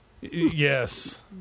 Yes